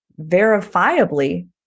verifiably